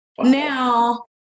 now